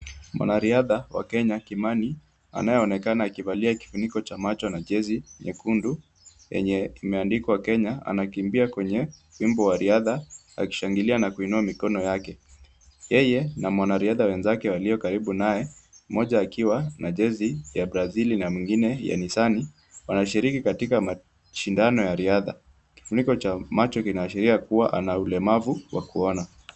Mwanariadha wa Kenya Kimani anayeonekana akivalia kifuniko cha macho na jezi nyekundu yenye imeandikwa Kenya, anakimbia kwenye wimbo wa riadha akishangilia na kuinua mikono yake. Yeye na mwanariadha wenzake walio karibu naye, mmoja akiwa na jezi ya Brazil na mwingine ya Nisani wanashiriki katika mashindano ya riadha. Kifuniko cha macho kinaashiria kuwa ana ulemavu wa kuona.